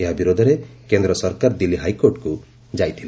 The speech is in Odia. ଏହା ବିରୋଧରେ କେନ୍ଦ୍ର ସରକାର ଦିଲ୍ଲୀ ହାଇକୋର୍ଟକୁ ଯାଇଥିଲେ